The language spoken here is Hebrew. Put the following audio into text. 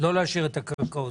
ולא להשאיר את הקרקעות.